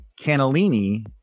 cannellini